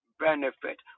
benefit